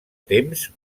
temps